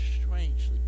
strangely